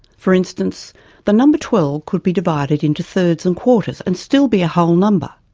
for instance the number twelve could be divided into thirds and quarters and still be a whole number.